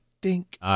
dink